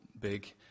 big